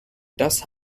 das